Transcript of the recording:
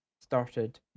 started